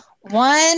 one